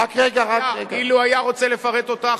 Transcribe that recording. לא שומעים אותך.